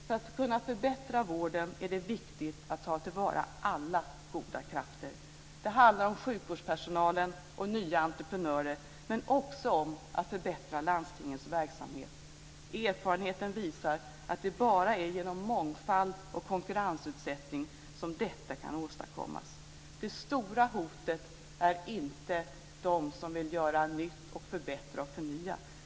För att kunna förbättra vården är det viktigt att ta till vara alla goda krafter. Det handlar om sjukvårdspersonalen och nya entreprenörer, men också om att förbättra landstingens verksamhet. Erfarenheten visar att det bara är genom mångfald och konkurrensutsättning som detta kan åstadkommas. Det stora hotet är inte de som vill göra nytt, förbättra och förnya.